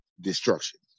destruction